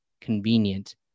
convenient